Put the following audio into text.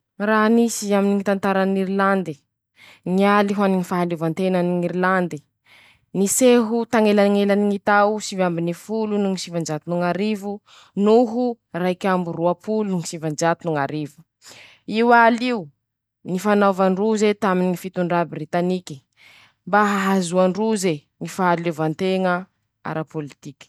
Raha nisy aminy ñy tantaran'Irilandy: Nialy ho any ñy fahaleovantenan'Irilandy, niseho tañelañelany ñy tao sivy ambiny folo no sivanjato ñ'arivo noho raik'amby roapolo no sivanjato no ñ'arivo, io al'io, nifanova ndroze taminy ñy fitondrà Britanike, mba ahazoandroze ñy fahaleovanteña arapôlitiky.